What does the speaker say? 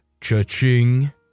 cha-ching